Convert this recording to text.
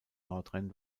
nordrhein